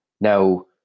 Now